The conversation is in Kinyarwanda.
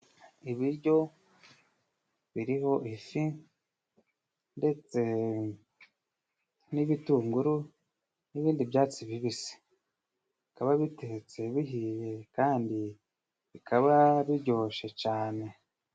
Ibiryo biriho ifi ndetse ndetse n'ibitunguru n'ibindi byatsi bibisi. Bikaba bitetse bihiye kandi bikaba biyjoshe cane.